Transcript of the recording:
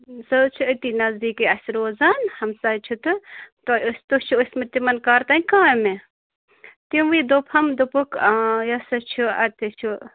سُہ حظ چھِ أتی نَزدیٖکی اَسہِ روزان ہَمساے چھُ تہٕ تۄہہِ أسۍ تُہۍ چھِ ٲسۍمٕتۍ تِمَن کَر تام کامہِ تِموٕے دوٚپ ہم دوٚپُکھ یہِ ہَسا چھُ اَتہِ چھُ